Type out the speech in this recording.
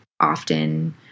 often